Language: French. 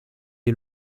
est